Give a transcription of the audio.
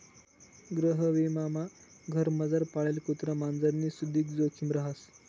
गृहविमामा घरमझार पाळेल कुत्रा मांजरनी सुदीक जोखिम रहास